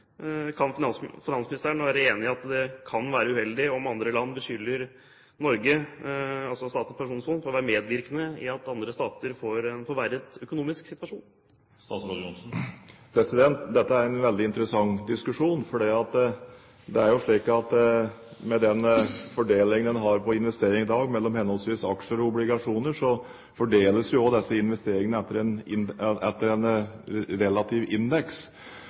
Kan finansministeren være enig i at det kan være uheldig om andre land beskylder Norge, altså Statens pensjonsfond, for å være medvirkende til at andre stater får en forverret økonomisk situasjon? Dette er en veldig interessant diskusjon. Det er jo slik at med den fordeling en har på investeringer i dag mellom henholdsvis aksjer og obligasjoner, fordeles disse investeringene etter en